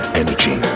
energy